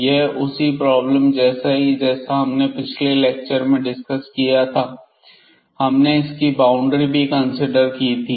यह उसी प्रॉब्लम जैसा है जो हमने पिछले लेक्चर में डिस्कस किया था हमने इसकी बाउंड्री भी कंसीडर की थी